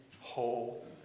whole